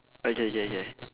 okay okay okay